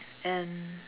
and